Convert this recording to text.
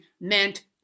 meant